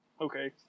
Okay